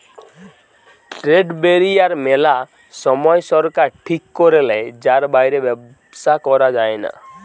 trade barrier মেলা সময় সরকার ঠিক করে লেয় যার বাইরে ব্যবসা করা যায়না